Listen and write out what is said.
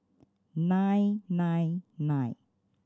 nine nine nine